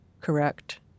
correct